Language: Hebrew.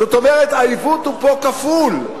זאת אומרת, העיוות פה הוא כפול.